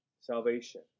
salvation